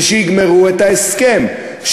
ויגמרו את ההסכם,